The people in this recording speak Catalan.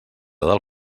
del